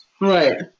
Right